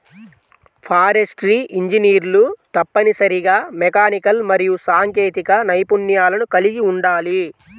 forestry ఇంజనీర్లు తప్పనిసరిగా mechanical మరియు సాంకేతిక నైపుణ్యాలను కలిగి ఉండాలి